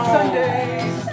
Sundays